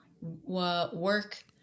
work